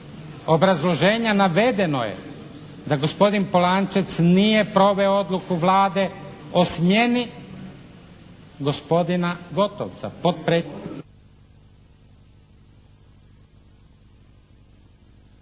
obrazloženja navedeno je da gospodin Polančec nije proveo odluku Vlade o smjeni gospodina Gotovca